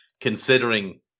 considering